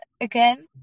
again